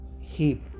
heap